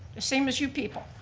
the same as you people.